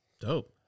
Dope